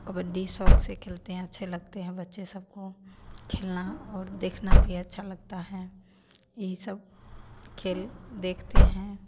कबड्डी शौक़ से खेलते हैं अच्छे लगते हैं बच्चे सबको खेलना और देखना भी अच्छा लगता है यही सब खेल देखते हैं